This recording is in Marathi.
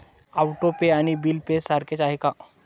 ऑटो पे आणि बिल पे सारखेच आहे का?